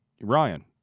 Ryan